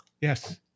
Yes